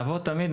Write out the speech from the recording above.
נבוא תמיד.